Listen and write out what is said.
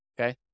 okay